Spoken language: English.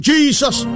Jesus